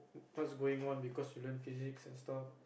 what's going on because you learn physics and stuff